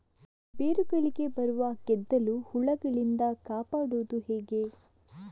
ಬೇರುಗಳಿಗೆ ಬರುವ ಗೆದ್ದಲು ಹುಳಗಳಿಂದ ಕಾಪಾಡುವುದು ಹೇಗೆ?